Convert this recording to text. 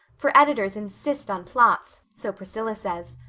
for editors insist on plots, so priscilla says.